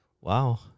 Wow